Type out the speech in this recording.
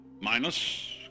Minus